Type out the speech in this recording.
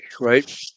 right